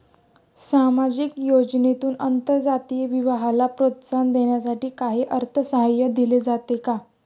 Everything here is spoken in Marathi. सामाजिक योजनेतून आंतरजातीय विवाहाला प्रोत्साहन देण्यासाठी काही अर्थसहाय्य दिले जाते का?